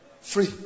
Free